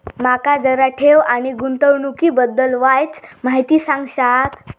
माका जरा ठेव आणि गुंतवणूकी बद्दल वायचं माहिती सांगशात?